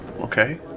Okay